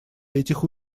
этих